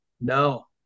No